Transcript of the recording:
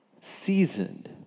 seasoned